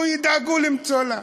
ידאגו למצוא לה,